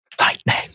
Lightning